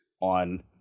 on